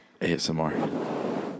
ASMR